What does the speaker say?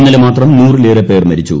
ഇന്നലെ മാത്രം നൂറിലേറെ പേർ മരിച്ചു